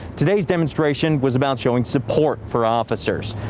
today's demonstration was about showing support for officers.